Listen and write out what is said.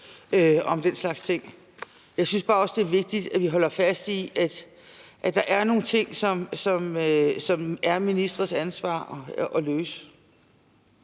om den slags ting. Jeg synes bare også, det er vigtigt, at vi holder fast i, at der er nogle ting, som er ministres ansvar at løse.